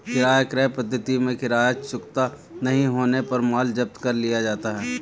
किराया क्रय पद्धति में किराया चुकता नहीं होने पर माल जब्त कर लिया जाता है